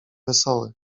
wesoły